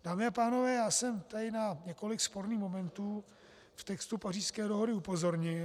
Dámy a pánové, já jsem tady na několik sporných momentů v textu Pařížské dohody upozornil.